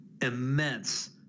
immense